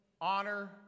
honor